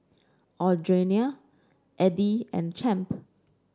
Audriana Eddy and Champ